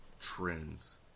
trends